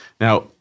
Now